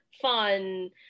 fun